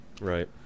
Right